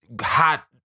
hot